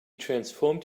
transformed